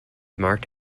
marked